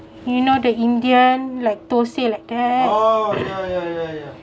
you know the indian like dosa like that